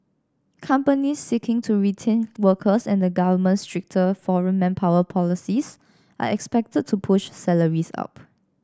companies seeking to retain workers and the government's stricter foreign manpower policies are expected to push salaries up